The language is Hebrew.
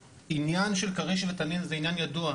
העניין של כריש ותנין זה עניין ידוע.